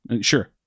Sure